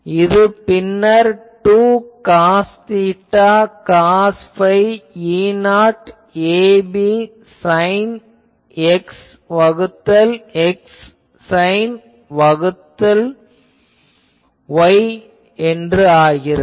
இது பின்னர் 2 cos theta cos phi E0 ab sine X வகுத்தல் X சைன் Y வகுத்தல் Y ஆகிறது